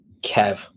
Kev